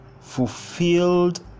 fulfilled